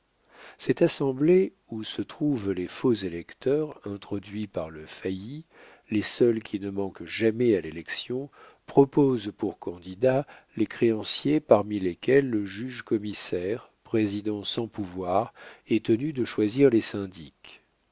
cette assemblée où se trouvent les faux électeurs introduits par le failli les seuls qui ne manquent jamais à l'élection proposent pour candidats les créanciers parmi lesquels le juge commissaire président sans pouvoir est tenu de choisir les syndics